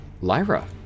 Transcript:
lyra